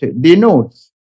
denotes